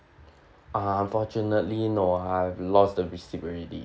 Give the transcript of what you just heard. unfortunately no I've lost the receipt already